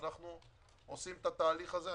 אנו עושים את התהליך הזה.